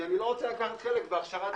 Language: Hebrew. כי אני לא רוצה לקחת חלק בהכשרת שרצים.